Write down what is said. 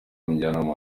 umujyanama